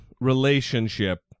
relationship